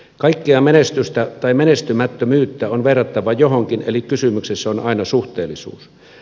kaikkea menestystä tai menestymättömyyttä on verrattava johonkin eli kysymyksessä on aina suhteellisuus